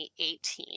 2018